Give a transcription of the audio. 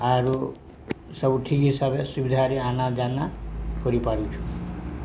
ଆଉରୁ ସବୁ ଠିକ୍ ହିସାବେ ସୁବିଧାରେ ଆନାଜାନ କରିପାରୁଛୁ